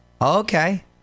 Okay